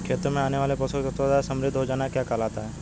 खेतों में आने वाले पोषक तत्वों द्वारा समृद्धि हो जाना क्या कहलाता है?